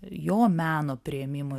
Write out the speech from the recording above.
jo meno priėmimo